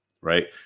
right